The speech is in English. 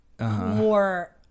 More